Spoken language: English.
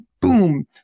Boom